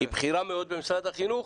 היא בכירה מאוד במשרד החינוך,